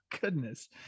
goodness